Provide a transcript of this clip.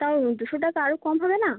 তাও দুশো টাকা আরো কম হবে না